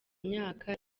myaka